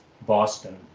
Boston